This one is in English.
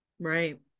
Right